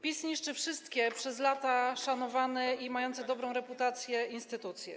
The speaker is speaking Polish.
PiS niszczy wszystkie, przez lata szanowane i mające dobrą reputację, instytucje.